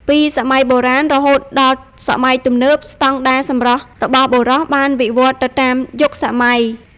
ពីសម័យបុរាណរហូតដល់សម័យទំនើប ស្តង់ដារសម្រស់របស់បុរសបានវិវត្តន៍ទៅតាមយុគសម័យ។